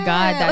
God